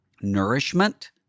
nourishment